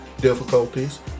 difficulties